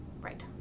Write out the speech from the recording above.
Right